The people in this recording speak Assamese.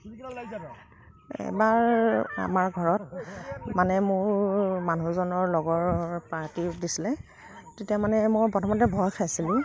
এবাৰ আমাৰ ঘৰত মানে মোৰ মানুহজনৰ লগৰ পাৰ্টী দিছিলে তেতিয়া মানে মই প্ৰথমতে ভয় খাইছিলোঁ